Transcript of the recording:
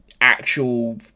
actual